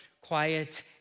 quiet